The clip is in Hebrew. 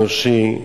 אנושי,